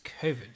COVID